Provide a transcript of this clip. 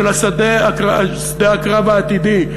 של שדה הקרב העתידי.